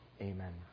amen